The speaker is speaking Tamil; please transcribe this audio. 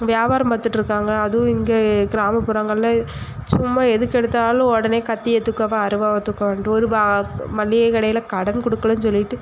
வியாபாரம் பார்த்துட்டு இருக்காங்க அதுவும் இங்கே கிராமப்புறங்களில் சும்மா எதற்கெடுத்தாலும் உடனே கத்தியை தூக்கவா அருவாவை தூக்கவான்ட்டு ஒரு பா மளிகை கடையில் கடன் கொடுக்கலன்னு சொல்லிவிட்டு